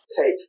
take